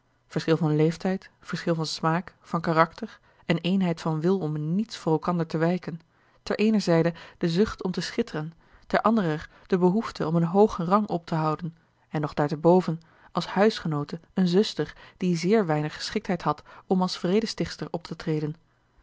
verschil van leeftijd verschil van smaak van karakter en eenheid van wil om in niets voor elkander te wijken ter eener zijde de zucht om te schitteren ter anderer de behoefte om een hoogen rang op te houden en nog daarteboven als huisgenoote eene zuster die zeer weinig geschiktheid had om als vredestichtster op te treden